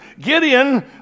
Gideon